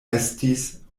estis